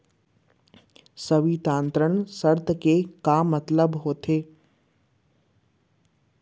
संवितरण शर्त के का मतलब होथे?